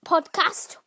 Podcast